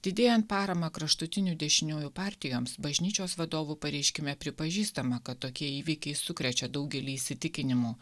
didėjant paramą kraštutinių dešiniųjų partijoms bažnyčios vadovų pareiškime pripažįstama kad tokie įvykiai sukrečia daugelį įsitikinimų